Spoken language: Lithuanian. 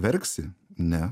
verksi ne